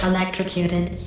Electrocuted